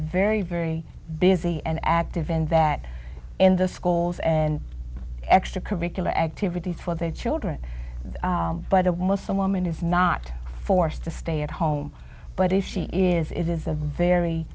very very busy and active in that in the schools and extra curricular activities for their children but a muslim woman is not forced to stay at home but if she is it is a very